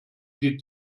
die